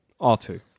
R2